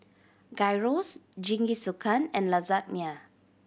Gyros Jingisukan and Lasagna